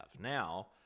Now